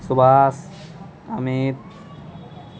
Subhash Amit